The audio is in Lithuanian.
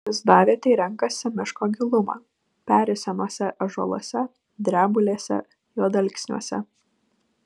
lizdavietei renkasi miško gilumą peri senuose ąžuoluose drebulėse juodalksniuose